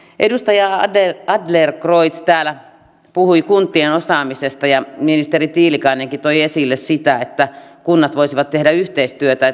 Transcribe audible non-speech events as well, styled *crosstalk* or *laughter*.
edustaja adlercreutz täällä puhui kuntien osaamisesta ja ministeri tiilikainenkin toi esille sitä että kunnat voisivat tehdä yhteistyötä *unintelligible*